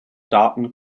daten